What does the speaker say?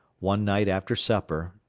one night after supper,